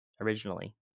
originally